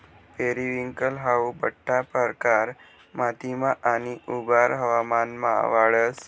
periwinkle हाऊ बठ्ठा प्रकार मातीमा आणि उबदार हवामानमा वाढस